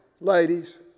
ladies